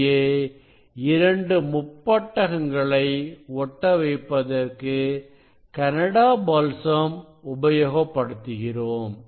இங்கே 2 முப்பட்டகங்களை ஒட்ட வைப்பதற்கு கனடா பால்சம் உபயோகப்படுத்துகிறோம்